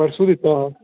fresh दित्ता हा